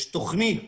יש תוכנית